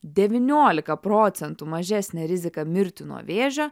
devyniolika procentų mažesnę riziką mirti nuo vėžio